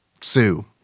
Sue